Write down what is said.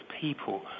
people